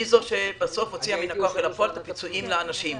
היא זאת שבסוף הוציאה מהכוח אל הפועל את הפיצויים לאנשים.